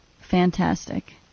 Fantastic